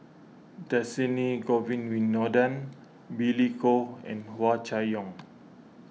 Dhershini Govin Winodan Billy Koh and Hua Chai Yong